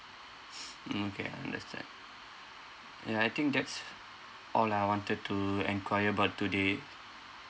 mm okay understand ya I think that's all I wanted to enquire about today